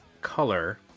Color